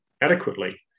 adequately